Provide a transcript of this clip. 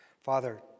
Father